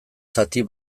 zati